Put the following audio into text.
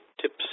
tips